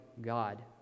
God